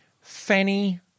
Fanny